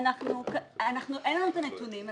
אין לנו את הנתונים.